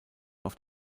auf